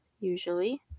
usually